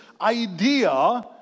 idea